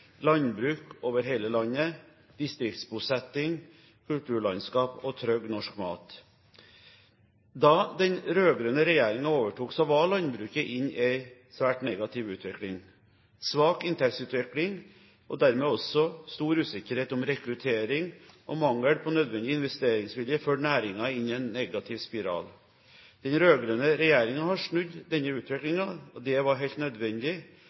landbruk over hele landet, distriktsbosetting, kulturlandskap og trygg norsk mat. Da den rød-grønne regjeringen overtok, var landbruket inne i en svært negativ utvikling. Svak inntektsutvikling og dermed også stor usikkerhet når det gjelder rekruttering, og også mangel på nødvendig investeringsvilje, førte næringen inn i en negativ spiral. Den rød-grønne regjeringen har snudd denne utviklingen. Det var helt nødvendig.